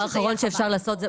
הדבר האחרון שאפשר לעשות,